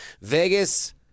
Vegas